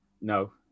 No